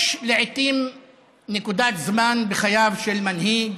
יש לעיתים נקודת זמן בחייו של מנהיג,